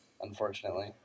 Unfortunately